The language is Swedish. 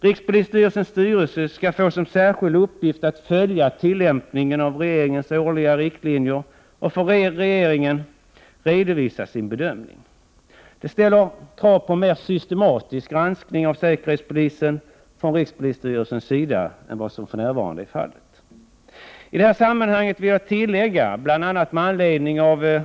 Rikspolisstyrelsens styrelse skall få som särskild uppgift att följa tillämpningen av regeringens årliga riktlinjer och för regeringen redovisa sin bedömning. Detta ställer krav på att rikspolisstyrelsen gör en mer systematisk granskning av säkerhetspolisen än för närvarande. I detta sammanhang vill jag tillägga, bl.a. med anledning av reservation 4 Prot.